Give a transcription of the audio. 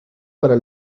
para